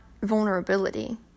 vulnerability